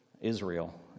Israel